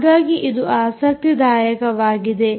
ಹಾಗಾಗಿ ಇದು ಆಸಕ್ತಿದಾಯಕವಾಗಿದೆ